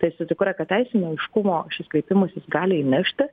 tai esu tikra kad teisinio aiškumo šis kreipimasis gali įnešti